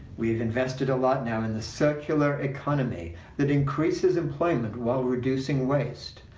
we've invested a lot now in the circular economy that increases employment while reducing waste,